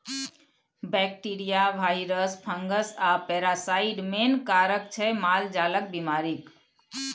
bacteria, virus, fungus आ parasite main कारक छै मालजालक बेमारीक